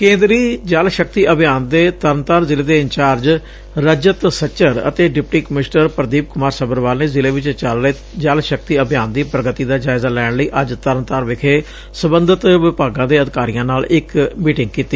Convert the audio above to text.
ਕੇਂਦਰੀ ਜਲ ਸ਼ਕਤੀ ਅਭਿਆਨ ਦੇ ਤਰਨਤਾਰਨ ਜ਼ਿਲ੍ਹੇ ਦੇ ਇੰਚਾਰਜ ਰਜਤ ਸੱਚਰ ਅਤੇ ਡਿਪਟੀ ਕਮਿਸ਼ਨਰ ਪਰਦੀਪ ਕੁਮਾਰ ਸੱਭਰਵਾਲ ਨੇ ਜ਼ਿਲ੍ਹੇ ਵਿੱਚ ਚੱਲ ਰਹੇ ਜਲ ਸ਼ਕਤੀ ਅਭਿਆਨ ਦੀ ਪ੍ਰਗਤੀ ਦਾ ਜਾਇਜ਼ਾ ਲੈਣ ਲਈ ਅੱਜ ਤਰਨ ਤਾਰਨ ਵਿਖੇ ਸਬੰਧਿਤ ਵਿਭਾਗਾਂ ਦੇ ਅਧਿਕਾਰੀਆਂ ਨਾਲ ਇਕ ਮੀਟਿੰਗ ਕੀਤੀ